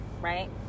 right